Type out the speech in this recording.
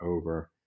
over